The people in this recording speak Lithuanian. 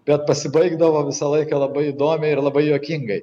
bet pasibaigdavo visą laiką labai įdomiai ir labai juokingai